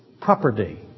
property